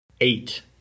eight